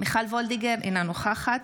מיכל מרים וולדיגר, אינה נוכחת